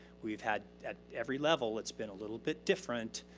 we've had at every level, it's been a little bit different,